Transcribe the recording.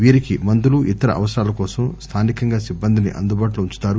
వీరికి మందులు ఇతర అవసరాల కోసం స్థానికంగా సిబ్బందిని అందుబాటులో ఉంచుతారు